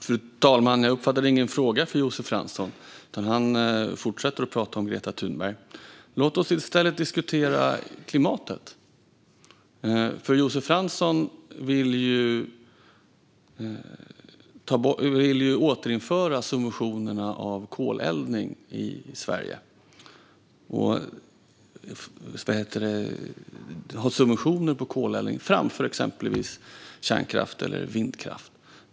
Fru talman! Jag uppfattade ingen fråga från Josef Fransson, utan han fortsätter att prata om Greta Thunberg. Låt oss i stället diskutera klimatet. Josef Fransson vill ju återinföra subventioner av koleldning i Sverige framför exempelvis kärnkraft eller vindkraft.